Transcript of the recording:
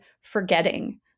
forgetting